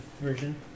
version